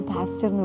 Pastor